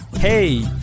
Hey